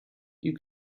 you